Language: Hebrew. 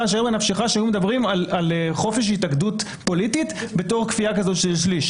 או שער בנפשך שהיו מדברים על חופש התאגדות פוליטית בתור כפייה של שליש.